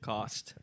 Cost